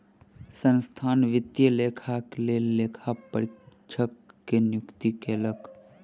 संस्थान वित्तीय लेखाक लेल लेखा परीक्षक के नियुक्ति कयलक